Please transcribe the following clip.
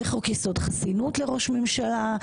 חוק יסוד: חסינות לראש ממשלה.